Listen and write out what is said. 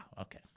okay